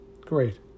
Great